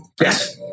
Yes